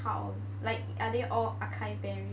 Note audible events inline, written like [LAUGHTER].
because how like are they all acai berry [BREATH]